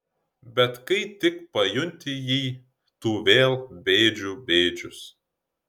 bet kai tik pajunti jį tu vėl bėdžių bėdžius